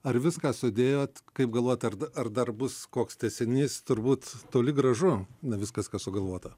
ar viską sudėjot kaip galvojat ar ar dar bus koks tęsinys turbūt toli gražu ne viskas kas sugalvota